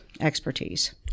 expertise